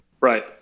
Right